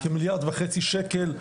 כמיליארד וחצי שקל,